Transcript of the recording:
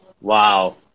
wow